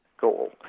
goal